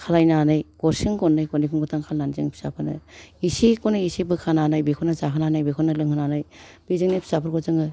खालायनानै गरसेखौनो गरनै गरनैखौनो गरथाम खालायनानै जों फिसाफोरनो एसेखौनो एसे बोखानानै बेखौनो जाहोनानै बेखौनो लोंहोनानै बेजोंनो फिसाफोरखौ जोङो